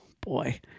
boy